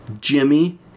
Jimmy